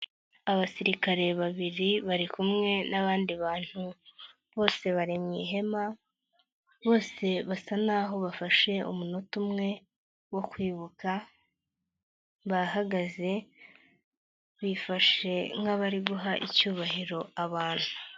Abasirikare babiri bari kumwe n'abandi bantu, bose bari mu ihema, bose basa naho bafashe umunota umwe, wo kwibuka, bahagaze, bifashe nk'abari guha icyubahiro abantu.